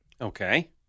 Okay